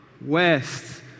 West